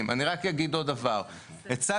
אני חושבת שזה היה מאוד-מאוד נגוע, וביקשתי